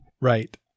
Right